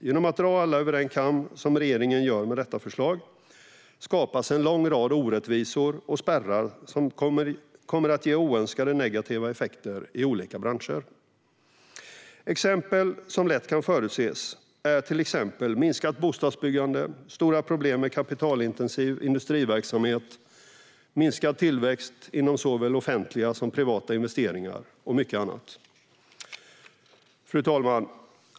Genom att dra alla över en kam, som regeringen gör genom detta förslag, skapas en lång rad orättvisor och spärrar som kommer att ge oönskade negativa effekter i olika branscher. Exempel som lätt kan förutses är minskat bostadsbyggande, stora problem för kapitalintensiv industriverksamhet, minskad tillväxt inom såväl offentliga som privata investeringar och mycket annat. Fru talman!